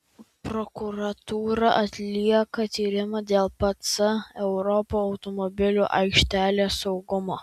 prokuratūra atlieka tyrimą dėl pc europa automobilių aikštelės saugumo